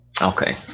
okay